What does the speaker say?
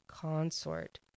consort